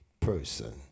person